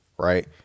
Right